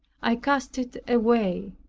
i cast it away.